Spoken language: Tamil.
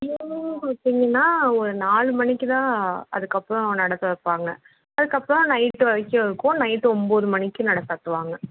ஈவ்னிங் பார்த்தீங்கன்னா ஒரு நாலு மணிக்கு தான் அதுக்கப்புறம் நடைத் திறப்பாங்க அதுக்கப்புறம் நைட்டு வரைக்கும் இருக்கும் நைட்டு ஒம்பது மணிக்கு நடை சாத்துவாங்க